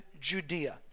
Judea